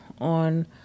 on